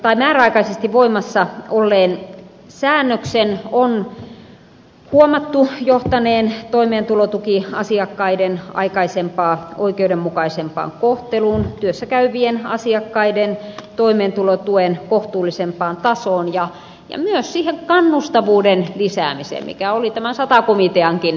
tämän määräaikaisesti voimassa olleen säännöksen on huomattu johtaneen toimeentulotukiasiakkaiden aikaisempaa oikeudenmukaisempaan kohteluun työssä käyvien asiakkaiden toimeentulotuen kohtuullisempaan tasoon ja myös siihen kannustavuuden lisäämiseen mikä oli sata komiteankin idea